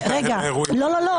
זה לא עובד ככה.